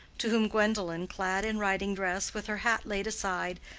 to whom gwendolen, clad in riding-dress, with her hat laid aside,